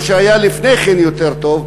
לא שהיה לפני כן יותר טוב,